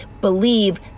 believe